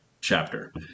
chapter